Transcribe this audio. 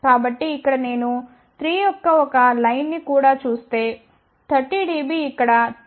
కాబట్టి ఇక్కడ నేను 3 యొక్క ఒక పంక్తి ని కూడా చూస్తే 30 dB ఇక్కడ 2